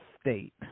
state